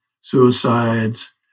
suicides